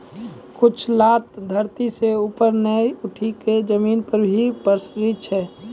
कुछ लता धरती सं ऊपर नाय उठी क जमीन पर हीं पसरी जाय छै